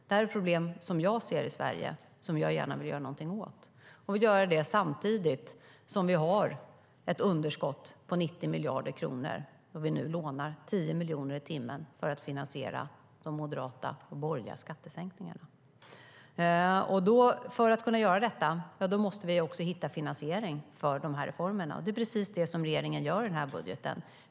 Detta är problem som jag ser i Sverige och som jag gärna vill göra någonting åt. Jag vill göra det samtidigt som vi har ett underskott på 90 miljarder kronor, och vi lånar nu 10 miljoner i timmen för att finansiera de moderata och borgerliga skattesänkningarna. För att kunna göra detta måste vi hitta finansiering för reformerna, och det är precis det regeringen gör i budgeten.